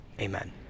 amen